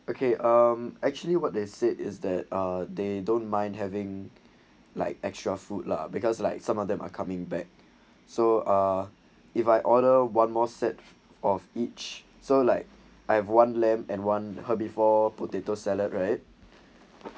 okay um actually what they said is that ah they don't mind having like extra food lah because like some of them are coming back so ah if I order one more set of each so like I have one lamp and one her before potato salad right